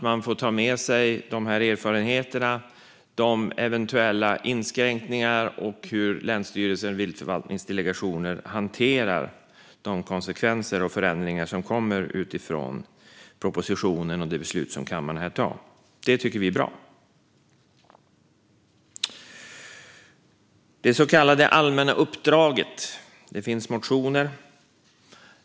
Man får ta med sig dessa erfarenheter och eventuella inskränkningar och hur länsstyrelser och viltförvaltningsdelegationer hanterar konsekvenser och förändringar med anledning av propositionen och det beslut som kammaren ska fatta. Det tycker vi är bra. När det gäller det så kallade allmänna uppdraget finns det motioner.